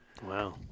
Wow